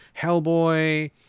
Hellboy